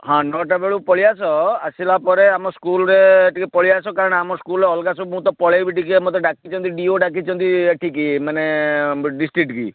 ହଁ ନଅଟା ବେଳକୁ ପଳାଇ ଆସ ଆସିଲା ପରେ ଆମ ସ୍କୁଲରେ ଟିକେ ପଳାଇ ଆସ କାରଣ ଆମ ସ୍କୁଲରେ ଅଲଗା ସବୁ ମୁଁ ତ ପଳାଇବି ଟିକେ ମୋତେ ଡାକିଛନ୍ତି ଡି ଓ ଡାକିଛନ୍ତି ଏଠିକି ମାନେ ଡିଷ୍ଟ୍ରିକ୍ଟକି